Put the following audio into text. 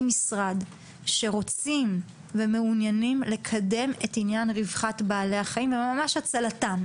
משרד שרוצים ומעוניינים לקדם את רווחת בעלי החיים וממש הצלתם,